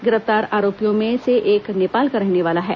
गिरफ्तार आरोपियों में से एक नेपाल का रहने वाला है